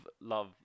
love